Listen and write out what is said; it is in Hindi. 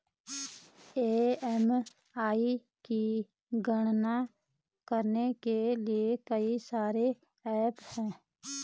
ई.एम.आई की गणना करने के लिए कई सारे एप्प हैं